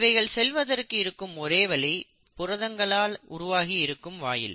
இவைகள் செல்வதற்கு இருக்கும் ஒரே வழி புரதங்களால் உருவாகி இருக்கும் வாயில்